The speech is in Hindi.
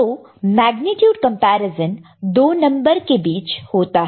तो मेग्नीट्यूड कॅम्पैरिसॅन दो नंबर के बीच होता है